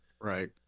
Right